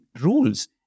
rules